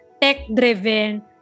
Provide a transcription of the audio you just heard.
tech-driven